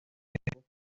estuvo